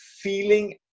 feeling